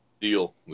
Deal